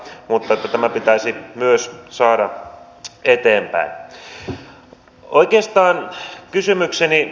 mutta täällä kyseltiin myös tätä prosenttia